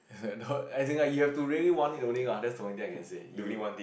as in like I think you really have to want it only lah that's the only thing I can say you